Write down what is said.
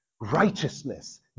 righteousness